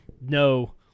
no